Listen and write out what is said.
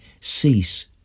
cease